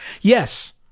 Yes